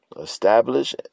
Establish